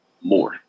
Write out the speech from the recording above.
more